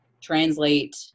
translate